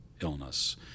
illness